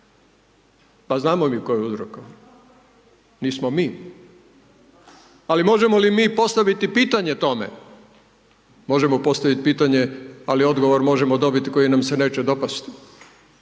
Pa znamo mi tko je uzrokova, nismo mi, ali možemo li mi postaviti pitanje tome, možemo postaviti pitanje, ali odgovor možemo dobiti koji nam se neće dopasti,